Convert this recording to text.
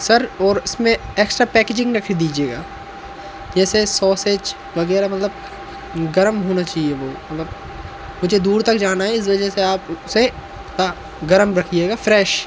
sir और उसमें extra packaging रख दीजिएगा जैसे सॉसेज वगैरह मतलब गरम होना चाहिए वो मतलब मुझे दूर तक जाना है इस वजह से आप उसे का गरम रखिएगा फ्रेश